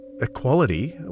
equality